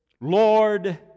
Lord